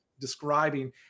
describing